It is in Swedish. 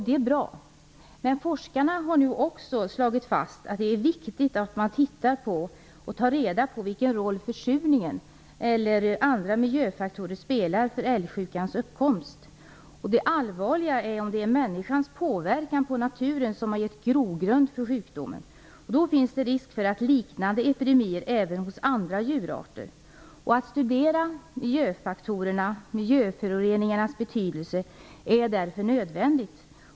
Det är bra, men forskarna har också slagit fast att det är viktigt att man tittar på och tar reda på vilken roll försurningen eller andra miljöfaktorer spelar för älgsjukans uppkomst. Det är allvarligt om det är människans påverkan på naturen som har gett grogrund för sjukdomen. Då finns det risk för liknande epidemier även hos andra djurarter. Att studera miljöfaktorerna, miljöföroreningarnas betydelse, är därför nödvändigt.